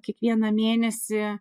kiekvieną mėnesį